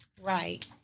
Right